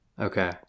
Okay